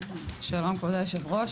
שלום כבוד יושב הראש,